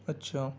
اچھا